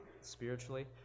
spiritually